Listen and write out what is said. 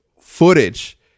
footage